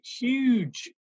huge